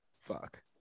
fuck